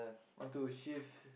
want to shift